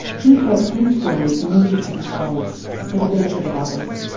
he felt his story needed to be told for the benefit of others.